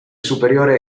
superiore